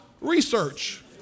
research